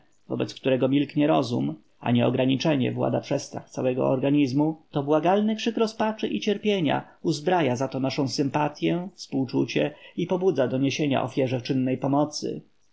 wobec którego milknie rozum a nieograniczenie włada przestrach całego organizmu to błagalny krzyk rozpaczy i cierpienia uzbraja za to naszą sympatyę współczucie i pobudza do niesienia ofierze czynnej pomocy